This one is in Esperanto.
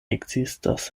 ekzistas